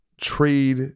Trade